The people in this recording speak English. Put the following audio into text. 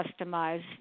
customize